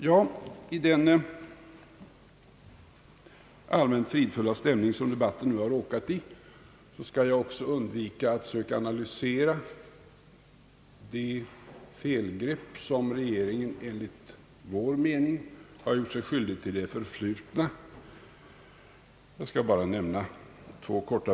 Ja, i den allmänt fridfulla stämning som nu lägrat sig över debatten skall jag också undvika att söka analysera de felgrepp, som regeringen enligt vår mening gjort sig skyldig till i det förflutna. Låt mig bara kort nämna två punkter.